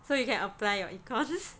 so you can apply your econs